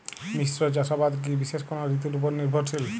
মিশ্র চাষাবাদ কি বিশেষ কোনো ঋতুর ওপর নির্ভরশীল?